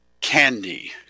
candy